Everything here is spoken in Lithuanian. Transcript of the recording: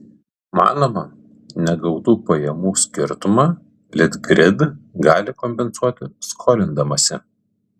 manoma negautų pajamų skirtumą litgrid gali kompensuoti skolindamasi